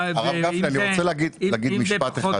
הרב גפני, אני רוצה להגיד משפט אחד.